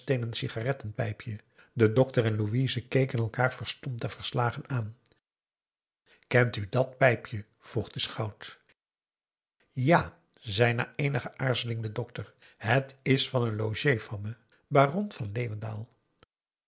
een klein barnsteenen sigarettenpijpje de dokter en louise keken elkaar verstomd en verslagen aan kent u dat pijpje vroeg de schout ja zei na eenige aarzeling de dokter het is van een logé van me baron van